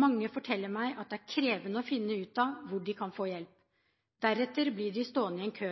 Mange forteller meg at det er krevende å finne ut av hvor de kan få hjelp, deretter blir de stående i en kø.